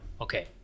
Okay